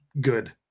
good